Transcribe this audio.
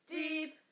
deep